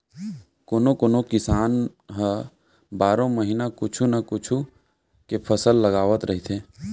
कोनो कोनो किसान ह बारो महिना कुछू न कुछू के फसल लगावत रहिथे